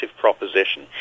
proposition